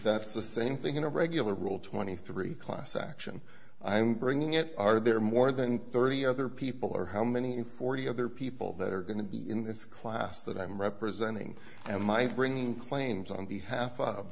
that's the same thing in a regular rule twenty three class action i'm bringing it are there more than thirty other people or how many in forty other people that are going to be in this class that i'm representing and my bringing claims on behalf of o